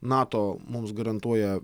nato mums garantuoja